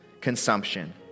consumption